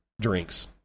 drinks